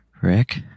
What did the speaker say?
Rick